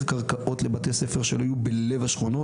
קרקעות לבתי ספר שלא יהיו בלב השכונות,